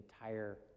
entire